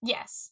Yes